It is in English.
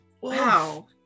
Wow